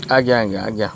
ଆଜ୍ଞା ଆଜ୍ଞା ଆଜ୍ଞା